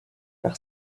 par